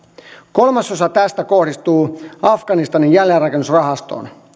kolmasosa tästä kohdistuu afganistanin jälleenrakennusrahastoon